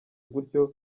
gutyo